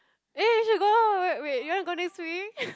eh we should go wait wait you want go next week